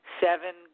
seven